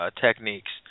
techniques